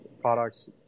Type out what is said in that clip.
products